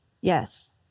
Yes